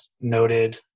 noted